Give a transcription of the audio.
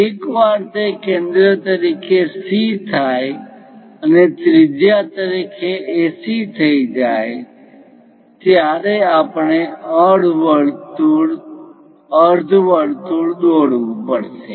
એકવાર તે કેન્દ્ર તરીકે C થાય અને ત્રિજ્યા તરીકે AC થઈ જાય ત્યારે આપણે અર્ધવર્તુળ દોરવું પડશે